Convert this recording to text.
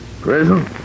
Prison